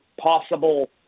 possible